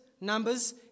Numbers